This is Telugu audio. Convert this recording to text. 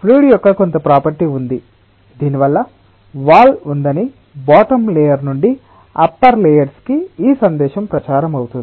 ఫ్లూయిడ్ యొక్క కొంత ప్రాపర్టీ ఉంది దీనివల్ల వాల్ ఉందని బాటమ్ లేయర్ నుండి అప్పర్ లేయర్స్ కి ఈ సందేశం ప్రచారం అవుతుంది